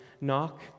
Knock